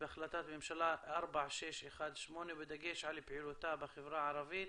בהחלטת הממשלה 4618 בדגש על פעילותה בחברה הערבית.